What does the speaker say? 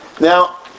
Now